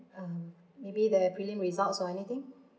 um maybe there prelim results or anything